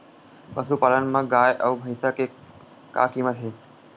पशुपालन मा गाय अउ भंइसा के का कीमत हे?